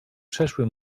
przeszły